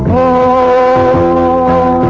oh